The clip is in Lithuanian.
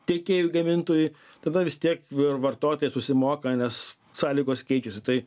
tiekėjui gamintojui tada vis tiek vartotojai susimoka nes sąlygos keičiasi tai